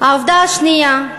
העובדה השנייה,